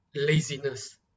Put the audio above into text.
laziness